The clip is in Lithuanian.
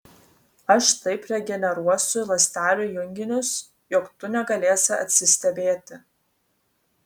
aš taip regeneruosiu ląstelių junginius jog tu negalėsi atsistebėti